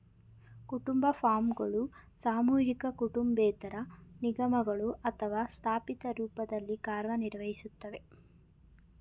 ಕುಟುಂಬ ಫಾರ್ಮ್ಗಳು ಸಾಮೂಹಿಕ ಕುಟುಂಬೇತರ ನಿಗಮಗಳು ಅಥವಾ ಸಾಂಸ್ಥಿಕ ರೂಪದಲ್ಲಿ ಕಾರ್ಯನಿರ್ವಹಿಸ್ತವೆ